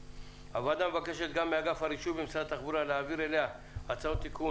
הוועדה מבקשת גם מאגף הרישוי במשרד התחבורה להעביר אליה הצעות תיקון,